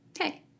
hey